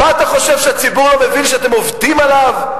מה אתה חושב, שהציבור לא מבין שאתם עובדים עליו?